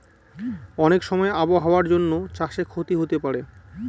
অনেক সময় আবহাওয়ার জন্য চাষে ক্ষতি হতে পারে